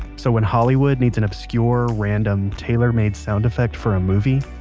so when hollywood needs an obscure, random, tailormade sound effect for a movie,